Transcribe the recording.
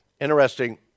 Interesting